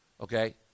Okay